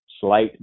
slight